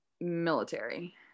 military